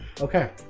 Okay